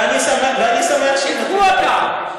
קחו אותם.